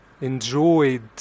enjoyed